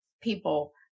people